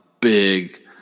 big